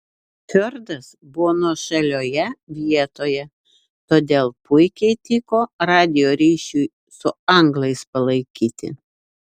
fjordas buvo nuošalioje vietoje todėl puikiai tiko radijo ryšiui su anglais palaikyti